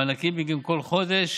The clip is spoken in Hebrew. מענקים בגין כל חודש